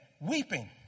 weeping